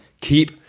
keep